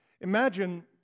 Imagine